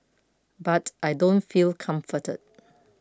but I don't feel comforted